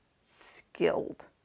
skilled